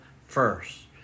first